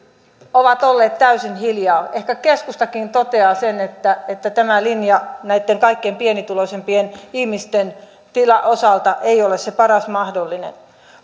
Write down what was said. ovat olleet täysin hiljaa ehkä keskustakin toteaa sen että että tämä linja näitten kaikkein pienituloisimpien ihmisten osalta ei ole se paras mahdollinen